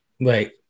Right